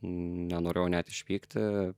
nenorėjau net išvykti